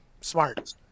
smart